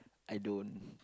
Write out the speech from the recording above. I don't